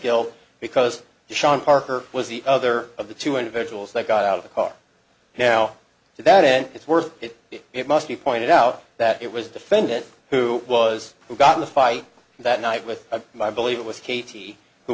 guilt because sean parker was the other of the two individuals that got out of the car now that it is worth it it must be pointed out that it was defendant who was who got in a fight that night with my believe it was katie who